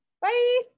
Bye